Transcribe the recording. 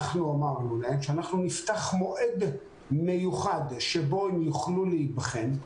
אנחנו אמרנו שנפתח מועד מיוחד שבו הם יוכלו להיבחן.